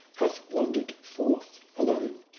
hath wandered forth alone.